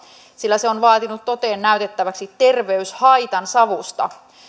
sillä se on vaatinut toteen näytettäväksi terveyshaitan savusta